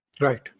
Right